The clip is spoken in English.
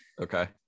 Okay